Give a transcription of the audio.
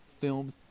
films